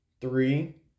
three